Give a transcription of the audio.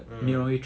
mm